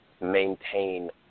maintain